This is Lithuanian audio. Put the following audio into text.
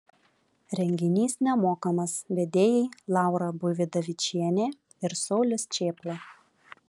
renginys nemokamas vedėjai laura buividavičienė ir saulius čėpla